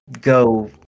go